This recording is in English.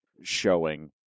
showing